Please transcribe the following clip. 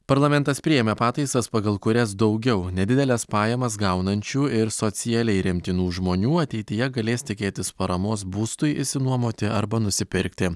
parlamentas priėmė pataisas pagal kurias daugiau nedideles pajamas gaunančių ir socialiai remtinų žmonių ateityje galės tikėtis paramos būstui išsinuomoti arba nusipirkti